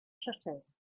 shutters